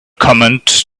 command